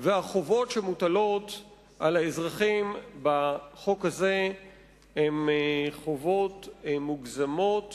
והחובות המוטלות על האזרחים בחוק הזה הן חובות מוגזמות